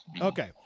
Okay